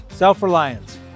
Self-reliance